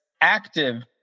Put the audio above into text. active